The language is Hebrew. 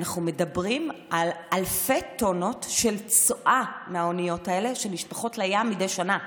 אנחנו מדברים על אלפי טונות של צואה שנשפכות מהאוניות לים מדי שנה,